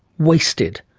wasted.